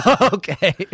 Okay